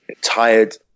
tired